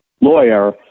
lawyer